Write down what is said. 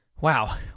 Wow